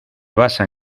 basan